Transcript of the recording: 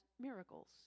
miracles